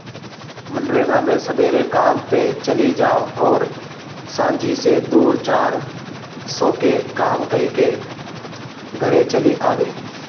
मनरेगा मे सबेरे काम पअ चली जा अउरी सांझी से दू चार सौ के काम कईके घरे चली आवअ